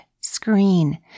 screen